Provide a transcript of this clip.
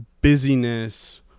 busyness